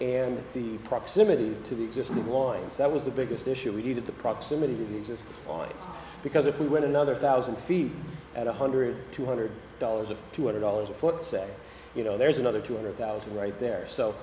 and the proximity to just the warnings that was the biggest issue we needed the proximity to just because if we went another thousand feet at one hundred two hundred dollars or two hundred dollars a foot say you know there's another two hundred thousand right there so